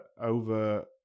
over